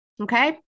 Okay